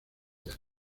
días